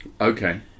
Okay